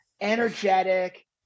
energetic